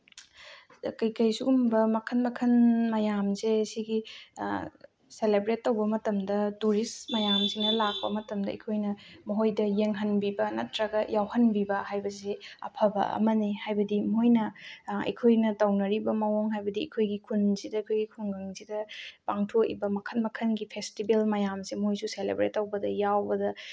ꯀꯩꯀꯩ ꯁꯨꯒꯨꯝꯕ ꯃꯈꯟ ꯃꯈꯟ ꯃꯌꯥꯝꯁꯦ ꯁꯤꯒꯤ ꯁꯦꯂꯦꯕ꯭ꯔꯦꯠ ꯇꯧꯕ ꯃꯇꯝꯗ ꯇꯨꯔꯤꯁ ꯃꯌꯥꯝꯁꯤꯅ ꯂꯥꯛꯄ ꯃꯇꯝꯗ ꯑꯩꯈꯣꯏꯅ ꯃꯣꯏꯗ ꯌꯦꯡꯍꯟꯕꯤꯕ ꯅꯠꯇ꯭ꯔꯒ ꯌꯥꯎꯍꯟꯕꯤꯕ ꯍꯥꯏꯕꯁꯤ ꯑꯐꯕ ꯑꯃꯅꯤ ꯍꯥꯏꯕꯗꯤ ꯃꯣꯏꯅ ꯑꯩꯈꯣꯏꯅ ꯇꯧꯅꯔꯤꯕ ꯃꯑꯣꯡ ꯍꯥꯏꯕꯗꯤ ꯑꯩꯈꯣꯏꯒꯤ ꯈꯨꯟꯁꯤꯗ ꯑꯩꯈꯣꯏꯒꯤ ꯈꯨꯡꯒꯪꯁꯤꯗ ꯄꯥꯡꯊꯣꯛꯏꯕ ꯃꯈꯟ ꯃꯈꯟꯒꯤ ꯐꯦꯁꯇꯤꯚꯦꯜ ꯃꯌꯥꯝꯁꯦ ꯃꯣꯏꯁꯨ ꯁꯦꯂꯦꯕ꯭ꯔꯦꯠ ꯇꯧꯕꯗ ꯌꯥꯎꯕꯗ